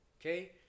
okay